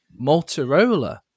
Motorola